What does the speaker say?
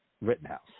Rittenhouse